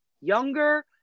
younger